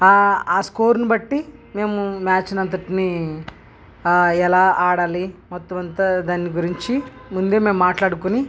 ఆ స్కోర్ని బట్టి మేము మ్యాచ్ అంతటిని ఎలా ఆడాలి మొత్తం అంతా దాని గురించి ముందే మేము మాట్లాడుకొని